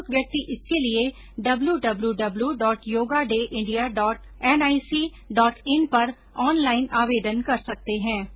इच्छुक व्यक्ति इसके लिए W W W dot yoga day India dot N I C dot in पर ऑन लाइन आवेदन कर सकते हैं